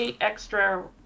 extra